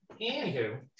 Anywho